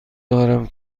دارم